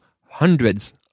hundreds